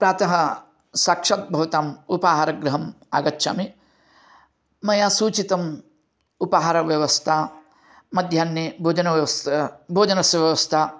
प्रातः साक्षात् भवताम् उपहारगृहम् आगच्छामि मया सूचितम् उपहारव्यवस्था मध्यान्हे भोजनव्यवस्था भोजनस्य व्यवस्था